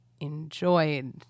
enjoyed